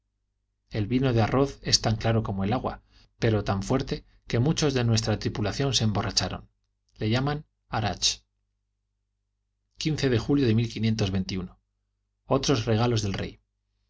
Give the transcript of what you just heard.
el vino de arroz es tan claro como el agua pero tan fuerte que muchos de nuestra tripulación se emborracharon le llaman ara de julio de otros regalos del rey